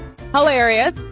hilarious